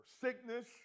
sickness